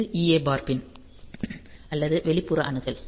இது EA bar pin அல்லது வெளிப்புற அணுகல்